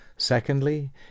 Secondly